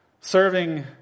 Serving